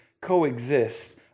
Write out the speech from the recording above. coexist